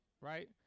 Right